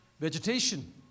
vegetation